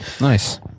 Nice